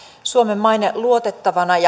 suomen maine luotettavana ja